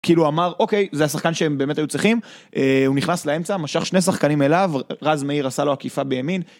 כאילו אמר אוקיי זה השחקן שהם באמת היו צריכים הוא נכנס לאמצע משך שני שחקנים אליו רז מאיר עשה לו עקיפה בימין